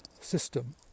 system